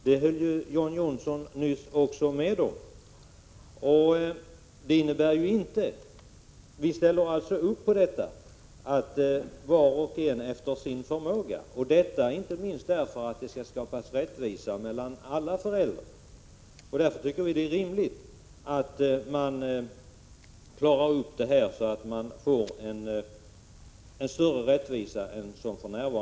Detta höll John Johnsson också nyss med om. Vi ställer alltså upp på att var och en skall betala efter sin förmåga, inte minst därför att rättvisa skall skapas mellan alla föräldrar. Därför tycker vi det är rimligt att man klarar upp det här för att få större rättvisa.